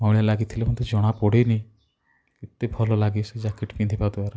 ମଇଳା ଲାଗିଥିଲେ ମଧ୍ୟ ଜଣା ପଡ଼େନି ଏତେ ଭଲଲାଗେ ସେ ଜ୍ୟାକେଟ୍ ପିନ୍ଧିବା ଦ୍ୱାରା